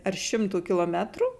ar šimtų kilometrų